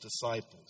disciples